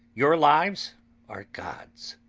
your lives are god's,